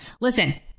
Listen